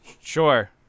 Sure